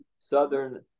Southern